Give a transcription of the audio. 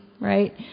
right